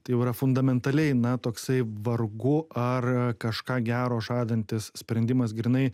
tai jau yra fundamentaliai na toksai vargu ar kažką gero žadantis sprendimas grynai